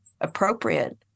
appropriate